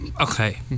Okay